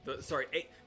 Sorry